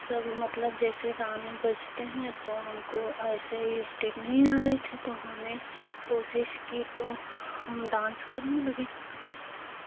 सब मतलब जैसे ही गाने बजते हैं तो हमको ऐसे ही स्टेप नहीं आ रहे थे तो हमने कोशिश की तो डांस करने लगे